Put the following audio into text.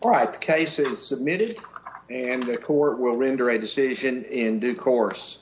right the case is submitted and the poor will render a decision in due course